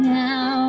now